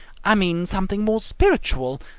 i mean something more spiritual.